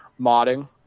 modding